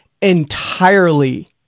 entirely